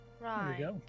Right